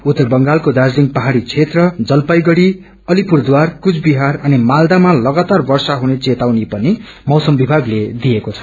उत्तर बंगालको दार्जालिङ पाछाड़ी क्षेत्र जलापाईगुझी अलिपुरद्वार कुचविहार अनि मालयामा लगातार वर्षा हुन चंतावनी पनि मापिसम वभागले दिएको छ